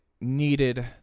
needed